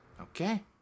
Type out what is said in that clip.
Okay